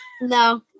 No